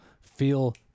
feel